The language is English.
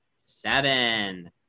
seven